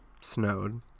snowed